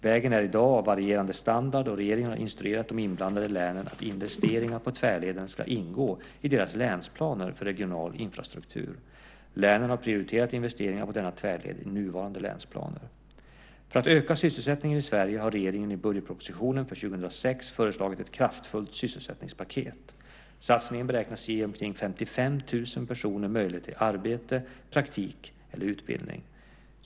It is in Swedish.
Vägen är i dag av varierande standard, och regeringen har instruerat de inblandade länen att investeringar på tvärleden ska ingå i deras länsplaner för regional infrastruktur. Länen har prioriterat investeringar på denna tvärled i nuvarande länsplaner. För att öka sysselsättningen i Sverige har regeringen i budgetpropositionen för 2006 föreslagit ett kraftfullt sysselsättningspaket. Satsningen beräknas ge omkring 55 000 personer möjligheten till arbete, praktik eller utbildning.